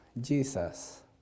Jesus